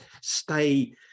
stay